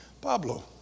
Pablo